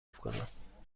کنم